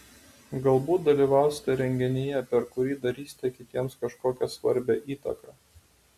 galbūt dalyvausite renginyje per kurį darysite kitiems kažkokią svarbią įtaką